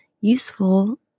useful